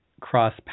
cross